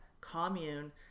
commune